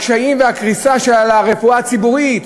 לקשיים ולקריסה של הרפואה הציבורית,